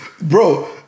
Bro